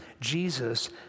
Jesus